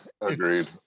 agreed